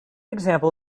example